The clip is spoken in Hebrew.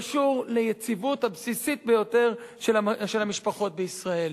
הוא קשור ליציבות הבסיסית ביותר של המשפחות בישראל.